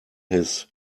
his